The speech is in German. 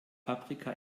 paprika